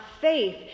faith